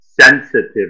sensitive